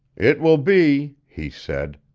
it will be, he said,